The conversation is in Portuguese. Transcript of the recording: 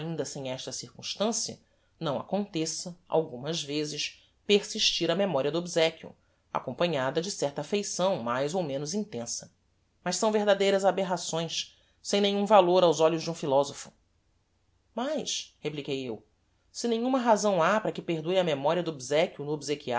ainda sem esta circumstancia não aconteça algumas vezes persistir a memoria do obsequio acompanhada de certa affeição mais ou menos intensa mas são verdadeiras aberrações sem nenhum valor aos olhos de um philosopho mas repliquei eu se nenhuma razão ha para que perdure a memoria do